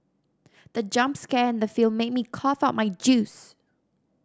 the jump scare in the film made me cough out my juice